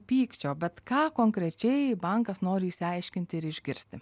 pykčio bet ką konkrečiai bankas nori išsiaiškinti ir išgirsti